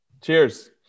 cheers